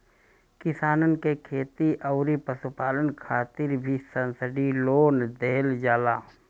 किसानन के खेती अउरी पशुपालन खातिर भी सब्सिडी लोन देहल जाला